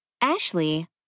Ashley